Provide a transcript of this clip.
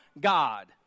God